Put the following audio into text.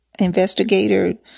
investigator